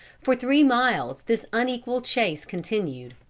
for three miles this unequal chase continued.